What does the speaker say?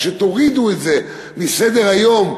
כשתורידו את זה מסדר-היום,